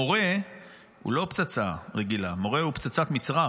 מורה הוא לא פצצה רגילה, מורה הוא פצצת מצרר.